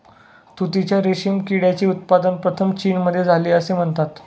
तुतीच्या रेशीम किड्याचे उत्पादन प्रथम चीनमध्ये झाले असे म्हणतात